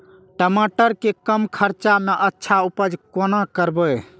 टमाटर के कम खर्चा में अच्छा उपज कोना करबे?